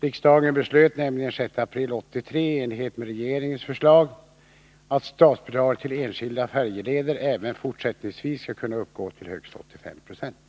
Riksdagen beslöt nämligen den 6 april 1983 i enlighet med regeringens förslag att statsbidraget till enskilda färjeleder även fortsättningsvis skall kunna uppgå till högst 85 90.